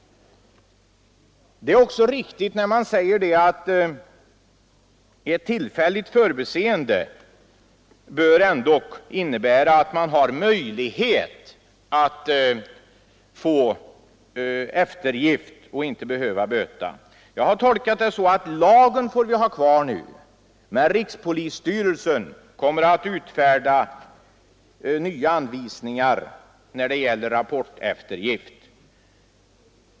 Det är också riktigt som utskottet säger att tillfällig glömska i det avseendet bör bedömas så att vederbörande har möjlighet till rapporteftergift så att han slipper böta. Jag har tolkat saken så att vi får ha kvar lagen, men rikspolisstyrelsen kommer att utfärda nya anvisningar rörande rapporteftergiften.